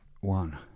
one